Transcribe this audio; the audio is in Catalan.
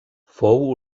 fou